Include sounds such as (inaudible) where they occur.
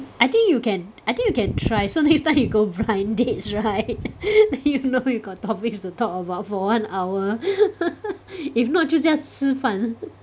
I think you can I think you can try so next time you go blind dates right (laughs) then you know you got topics to talk about for one hour (laughs) if not 就 just 吃饭